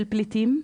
של פליטים,